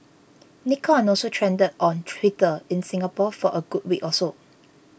Nikon also trended on Twitter in Singapore for a good week or so